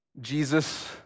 Jesus